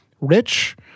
rich